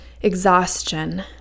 exhaustion